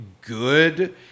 good